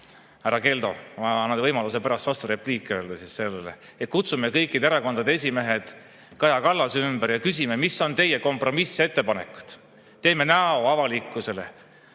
härra Keldo, ma annan võimaluse pärast vasturepliik öelda sellele –, et kutsume kõikide erakondade esimehed Kaja Kallase ümber ja küsime, mis on teie kompromissettepanekud, teeme näo avalikkusele,